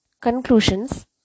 conclusions